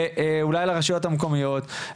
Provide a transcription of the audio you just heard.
ואולי לרשויות המקומיות,